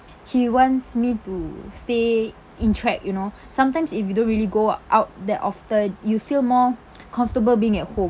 he wants me to stay in track you know sometimes if you don't really go out that often you feel more comfortable being at home